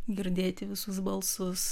girdėti visus balsus